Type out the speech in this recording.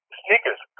sneakers